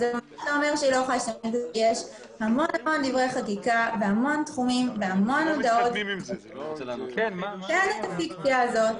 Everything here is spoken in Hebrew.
יש המון דברי חקיקה בהמון תחומים שאין בהם את הפיקציה הזאת.